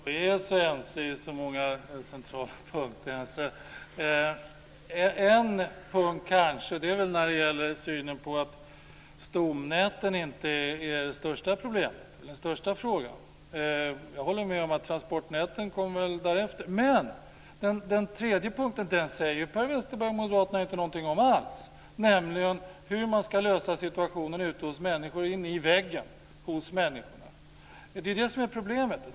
Fru talman! Jag vet inte om vi är så ense på så många centrala punkter. En punkt kanske är synen på att stomnäten inte är det största problemet, den största frågan. Jag håller också med om att transportnäten kommer därefter. Men den tredje punkten säger ju Per Westerberg och Moderaterna inte någonting om alls, nämligen hur man ska lösa situationen ute hos människor, inne i väggen hos människor. Det är det som är problemet.